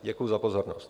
Děkuji za pozornost.